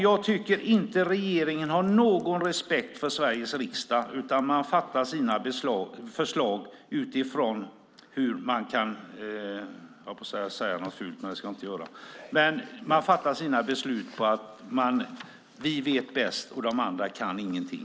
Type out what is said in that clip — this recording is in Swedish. Jag tycker inte att regeringen har någon respekt för Sveriges riksdag. Man tar fram sina förslag utifrån att man vet bäst och att de andra inte kan någonting.